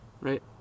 Right